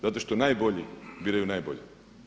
Zato što najbolji biraju najbolje.